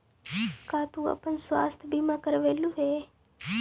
का तू अपन स्वास्थ्य बीमा करवलू हे?